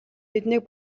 биднийг